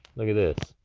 look at this.